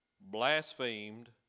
blasphemed